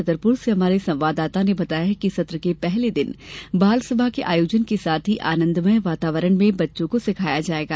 छतरपुर से हमारे संवाददाता ने बताया कि सत्र के पहले दिन बालसभा के आयोजन के साथ ही आनंदमय वातावरण में बच्चों को सिखाया जाएगा